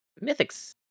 Mythic's